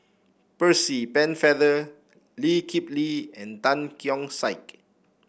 Percy Pennefather Lee Kip Lee and Tan Keong Saik